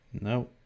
No